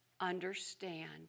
understand